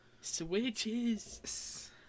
Switches